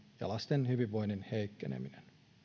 ja lasten hyvinvoinnin heikkeneminen